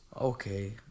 Okay